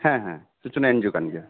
ᱦᱮᱸ ᱦᱮᱸ ᱥᱩᱪᱚᱱᱟ ᱮᱱ ᱡᱤ ᱳ ᱠᱟᱱ ᱜᱮᱭᱟ